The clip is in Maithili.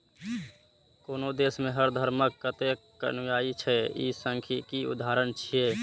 कोनो देश मे हर धर्मक कतेक अनुयायी छै, ई सांख्यिकीक उदाहरण छियै